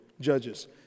Judges